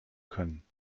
können